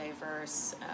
diverse